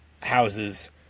houses